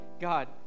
God